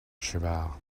sibel